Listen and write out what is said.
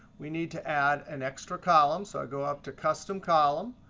we need to add an extra column. so i go up to custom column.